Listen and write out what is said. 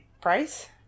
price